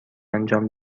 انجام